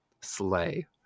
slay